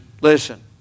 listen